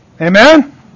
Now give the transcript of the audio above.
Amen